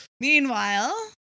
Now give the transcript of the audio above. Meanwhile